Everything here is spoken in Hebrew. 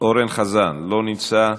יעל גרמן, לא נמצאת,